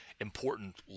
important